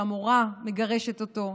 המורה מגרשת אותו,